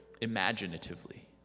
imaginatively